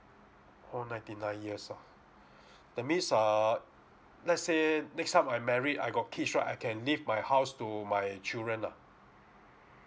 oh ninety nine years ah that means err let's say next time I married I got kids right I can leave my house to my children lah